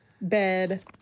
bed